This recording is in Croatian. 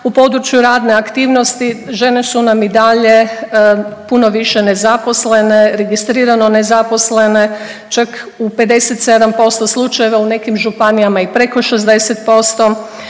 U području radne aktivnosti, žene su nam i dalje puno više nezaposlene. Registrirano nezaposlene čak u 57% slučajeva, u nekim županijama i preko 60%,